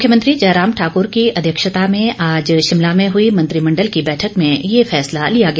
मुख्यमंत्री जयराम ठाकर की अध्यक्षता में आज शिमला में हई मंत्रिमण्डल की बैठक में ये फैसला लिया गया